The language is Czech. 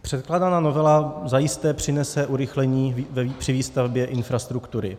Předkládaná novela zajisté přinese urychlení při výstavbě infrastruktury.